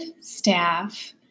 staff